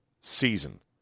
season